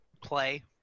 play